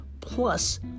plus